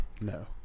No